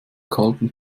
kalten